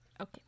Okay